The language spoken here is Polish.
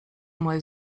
moje